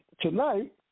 tonight